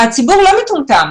הציבור לא מטומטם.